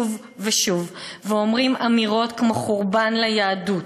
ושוב ושוב אומרים אמירות כמו: חורבן ליהדות,